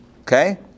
Okay